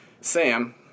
Sam